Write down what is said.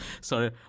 Sorry